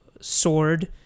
Sword